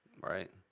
Right